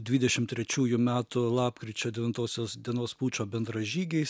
dvidešim trečiųjų metų lapkričio devintosios dienos pučo bendražygiais